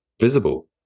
visible